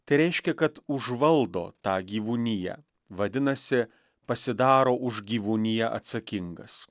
tai reiškia kad užvaldo tą gyvūniją vadinasi pasidaro už gyvūniją atsakingas